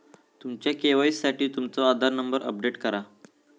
तुमच्या के.वाई.सी साठी तुमचो आधार नंबर अपडेट करा